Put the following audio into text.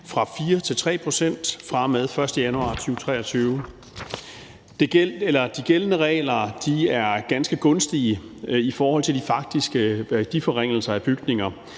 fra 4 til 3 pct. fra og med den 1. januar 2023. De gældende regler er ganske gunstige i forhold til de faktiske værdiforringelser af bygninger.